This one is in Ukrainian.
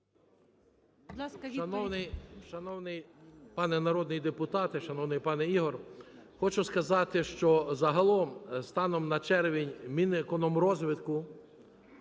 Шановний пане народний депутате, шановний пане Ігор, хочу сказати, що загалом станом на червень Мінекономрозвитку